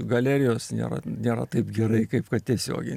galerijos nėra nėra taip gerai kaip kad tiesiogiai